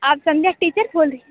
आप संध्या की टीचर बोल रही है